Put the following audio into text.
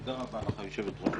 תודה רבה לך, היושבת-ראש.